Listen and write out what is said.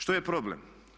Što je problem?